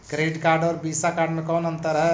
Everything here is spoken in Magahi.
क्रेडिट कार्ड और वीसा कार्ड मे कौन अन्तर है?